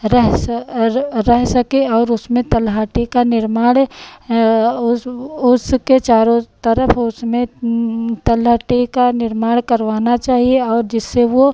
रह सके रह सकें और उसमें तलहटी का निर्माण उसके चारों तरफ उसमें तलहटी का निर्माण करवाना चाहिए और जिससे वो